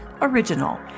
original